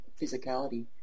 physicality